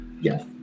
Yes